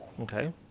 Okay